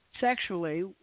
sexually